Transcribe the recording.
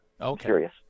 Okay